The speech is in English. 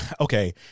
okay